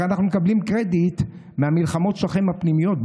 הרי אנחנו מקבלים קרדיט מהמלחמות שלכם בפנימיות,